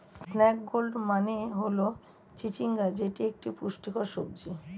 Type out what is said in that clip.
snake gourd মানে হল চিচিঙ্গা যেটি একটি পুষ্টিকর সবজি